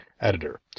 editor